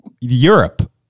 Europe